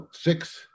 six